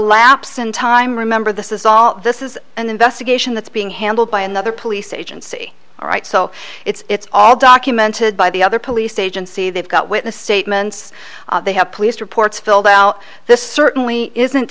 lapse in time remember this is all this is an investigation that's being handled by another police agency all right so it's all documented by the other police agency they've got witness statements they have police reports filled out this certainly isn't